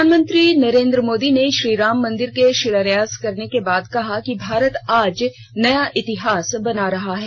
प्रधानमंत्री नरेन्द्र मोदी ने श्रीराम मंदिर के शिलान्यास करने के बाद कहा है कि भारत आज नया इतिहास बना रहा है